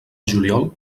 juliol